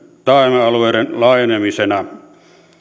taajama alueiden laajenemisena